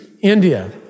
India